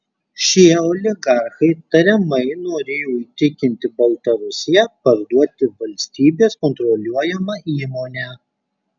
šie oligarchai tariamai norėjo įtikinti baltarusiją parduoti valstybės kontroliuojamą įmonę